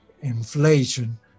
inflation